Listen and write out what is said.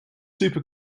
super